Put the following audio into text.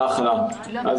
שלום.